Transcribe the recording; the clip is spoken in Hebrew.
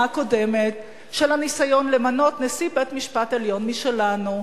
הקודמת של הניסיון למנות נשיא בית-משפט עליון "משלנו",